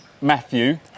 Matthew